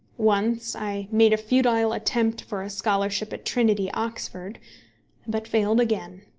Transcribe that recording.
once i made a futile attempt for a scholarship at trinity, oxford but failed again.